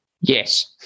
Yes